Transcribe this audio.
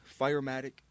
Firematic